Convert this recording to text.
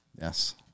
Yes